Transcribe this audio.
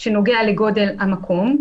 שנוגע לגודל המקום,